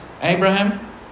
Abraham